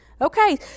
Okay